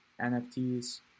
NFTs